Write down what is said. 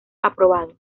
aprobado